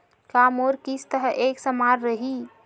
का मोर किस्त ह एक समान रही?